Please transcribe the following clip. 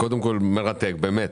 באמת.